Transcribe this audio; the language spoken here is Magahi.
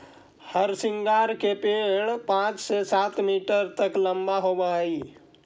हरसिंगार का पेड़ पाँच से सात मीटर तक लंबा होवअ हई